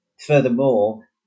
Furthermore